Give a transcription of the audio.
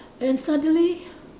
and suddenly